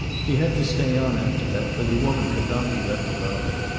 he had to stay on after that, for the woman could not be left alone.